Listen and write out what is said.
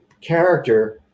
character